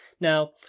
Now